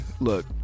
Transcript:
Look